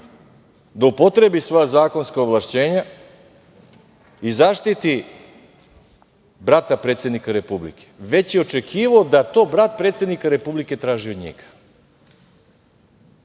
da upotrebi sva zakonska ovlašćenja i zaštiti brata predsednika Republike, već je očekivao da to brat predsednika Republike traži od njega. Uvek